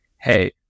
hey